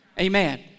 Amen